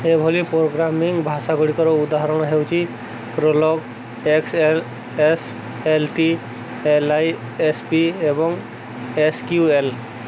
ଏଭଳି ପ୍ରୋଗ୍ରାମିଂ ଭାଷାଗୁଡ଼ିକର ଉଦାହରଣ ହେଉଛି Prolog X S L T L I S P ଏବଂ ଏସ୍ କ୍ୟୁ ଏଲ୍